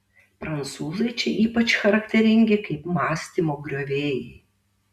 prancūzai čia ypač charakteringi kaip mąstymo griovėjai